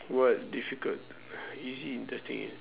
what difficult easy interesting